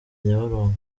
nyabarongo